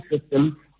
system